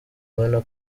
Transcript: ubona